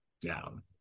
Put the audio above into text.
down